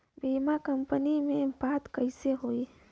बीमा कंपनी में बात कइसे होई?